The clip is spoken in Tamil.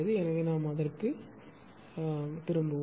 எனவே நாம் அதற்குத் திரும்புவோம்